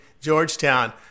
Georgetown